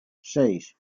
seis